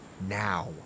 Now